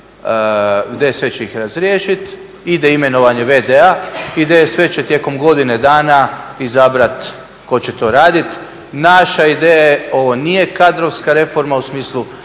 gdje se spajaju … razriješiti, ide imenovanje v.d.-a i DSV sve će tijekom godine dana izabrati tko će to raditi. Naša ideja je ovo nije kadrovska reforma u smislu